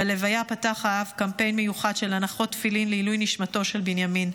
בלוויה פתח האב קמפיין מיוחד של הנחות תפילין לעילוי נשמתו של בנימין.